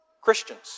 Christians